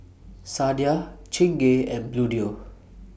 Sadia Chingay and Bluedio